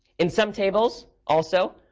in some tables, also,